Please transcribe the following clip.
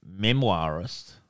memoirist